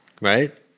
Right